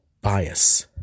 bias